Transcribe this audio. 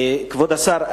כבוד השר,